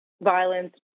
violence